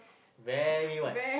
very what